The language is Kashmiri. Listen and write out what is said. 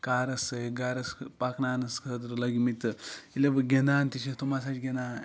کارَس سۭتۍ گَرَس پَکناونَس خٲطرٕ لٔگمٕتۍ تہٕ ییٚلہِ گِنٛدان تہِ چھِ تِم ہَسا چھِ گِندان